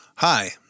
Hi